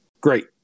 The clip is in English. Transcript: Great